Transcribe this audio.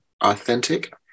authentic